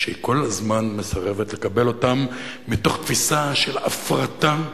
שכל הזמן היא מסרבת לקבל אותם מתוך תפיסה של הפרטה,